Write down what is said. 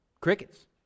Crickets